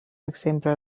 exemple